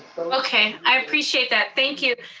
but okay, i appreciate that, thank you.